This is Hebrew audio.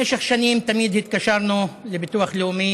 במשך שנים תמיד התקשרנו לביטוח הלאומי,